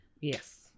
yes